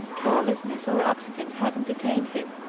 carelessness or accident having detained him.